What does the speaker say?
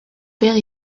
père